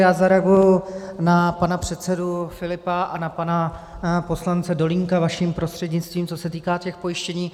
Já zareaguji na pana předsedu Filipa a na pana poslance Dolínka vaším prostřednictvím, co se týká těch pojištění.